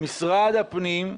משרד הפנים,